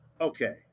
Okay